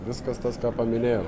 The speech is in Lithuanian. viskas tas ką paminėjo